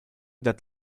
that